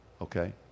okay